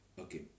Okay